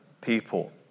people